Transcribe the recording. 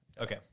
Okay